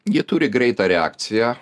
ji turi greitą reakciją